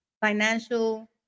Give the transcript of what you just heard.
financial